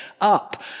up